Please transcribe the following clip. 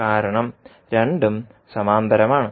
കാരണം രണ്ടും സമാന്തരമാണ്